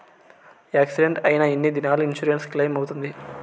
Accident అయిన ఎన్ని దినాలకు ఇన్సూరెన్సు క్లెయిమ్ అవుతుంది?